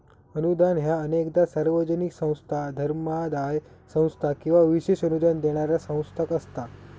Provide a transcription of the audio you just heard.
अनुदान ह्या अनेकदा सार्वजनिक संस्था, धर्मादाय संस्था किंवा विशेष अनुदान देणारा संस्था असता